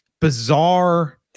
bizarre